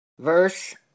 verse